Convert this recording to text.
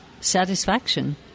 satisfaction